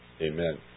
amen